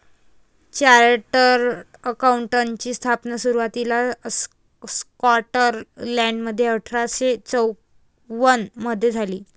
chartered अकाउंटंटची स्थापना सुरुवातीला स्कॉटलंडमध्ये अठरा शे चौवन मधे झाली